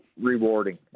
rewarding